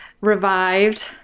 revived